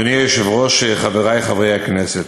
אדוני היושב-ראש, חברי חברי הכנסת,